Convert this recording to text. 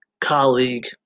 colleague